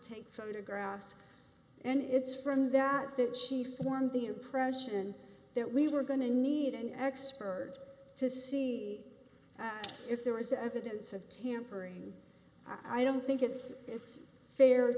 take photographs and it's from that that she formed the impression that we were going to need an expert to see if there was evidence of tampering i don't think it's